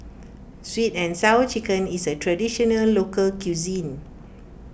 Sweet and Sour Chicken is a Traditional Local Cuisine